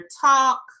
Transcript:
talk